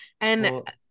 And-